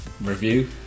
review